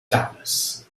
dallas